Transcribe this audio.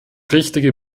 richtige